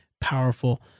powerful